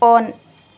on